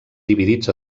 dividits